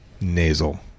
nasal